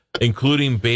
Including